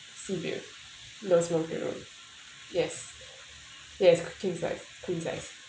sea view non smoking room yes yes queen size queen size